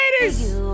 Ladies